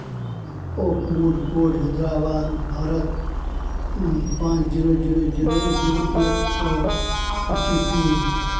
oakwood Court Hyderabad Bharat पाँच zero zero zero zero एक और ओ टी पी